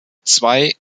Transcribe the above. zwei